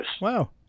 Wow